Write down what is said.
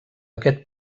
aquest